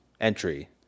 entry